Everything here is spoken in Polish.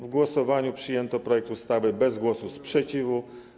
W głosowaniu przyjęto projekt ustawy bez głosów sprzeciwu.